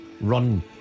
run